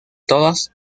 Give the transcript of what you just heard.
todas